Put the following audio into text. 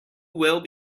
will